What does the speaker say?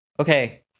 Okay